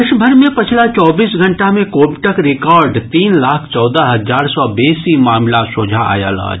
देशभरि मे पछिला चौबीस घंटा मे कोविडक रिकॉर्ड तीन लाख चौदह हजार सँ बेसी मामिला सोझा आयल अछि